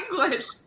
English